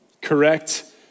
Correct